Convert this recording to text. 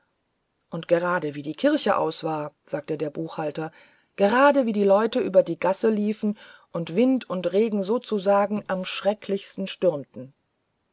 und gerade wie die kirche aus war sagte der buchhalter gerade wie die leute über die gasse liefen und wind und regen sozusagen am schrecklichsten stürmten